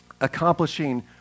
accomplishing